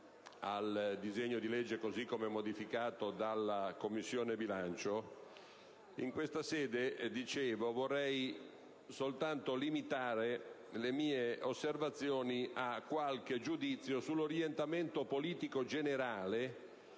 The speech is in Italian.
al disegno di legge così come modificato dalla Commissione bilancio vorrei limitare le mie osservazioni a qualche giudizio sull'orientamento politico generale